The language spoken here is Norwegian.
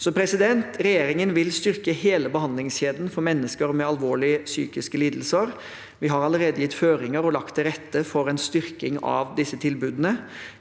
realisert. Regjeringen vil styrke hele behandlingskjeden for mennesker med alvorlige psykiske lidelser. Vi har allerede gitt føringer og lagt til rette for en styrking av disse tilbudene.